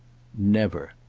never.